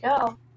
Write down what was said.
go